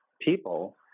people